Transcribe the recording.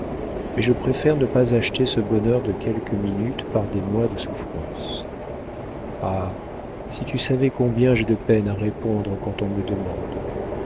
mais je préfère ne pas acheter ce bonheur de quelques minutes par des mois de souffrance ah si tu savais combien j'ai de peine à répondre quand on me demande